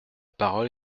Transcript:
parole